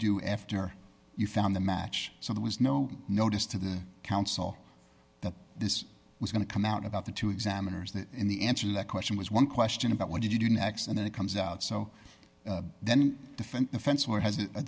do after you found the match so there was no notice to the council that this was going to come out about the two examiners that in the question was one question about what did you do next and then it comes out so